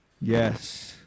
Yes